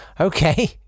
Okay